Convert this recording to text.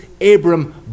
Abram